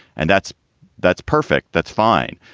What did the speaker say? and that's that's perfect. that's fine.